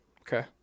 Okay